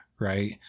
right